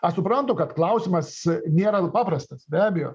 aš suprantu kad klausimas nėra paprastas be abejo